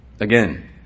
Again